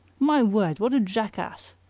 my word! what a jackass!